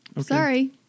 Sorry